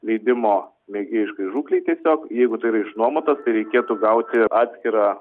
leidimo mėgėjiškai žūklei tiesiog jeigu tai yra išnuomotas tai reikėtų gauti atskirą